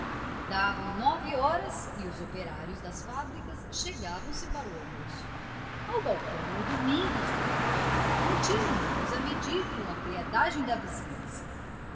davam nove horas e os operários das fábricas chegavam se para o almoço ao balcão o domingos e o manuel não tinham mãos a medir com a criadagem da vizinhança